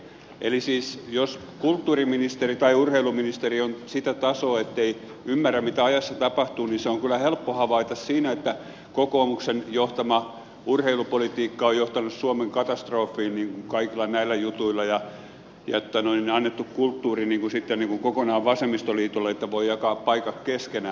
eli siis jos kulttuuriministeri tai urheiluministeri on sitä tasoa ettei ymmärrä mitä ajassa tapahtuu niin se on kyllä helppo havaita siinä että kokoomuksen johtama urheilupolitiikka on johtanut suomen katastrofiin niin kuin kaikilla näillä jutuilla ja annettu kulttuuri niin kun sitten kokonaan vasemmistoliitolle että voi jakaa paikat keskenään